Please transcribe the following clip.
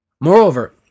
Moreover